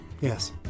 yes